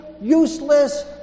useless